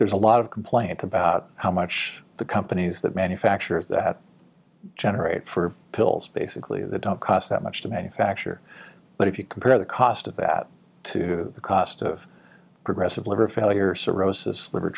there's a lot of complaints about how much the companies that manufacture of that generate for pills basically they don't cost that much to manufacture but if you compare the cost of that to the cost of progressive liver failure cirrhosis liver